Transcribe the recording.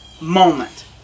moment